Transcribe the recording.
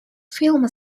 film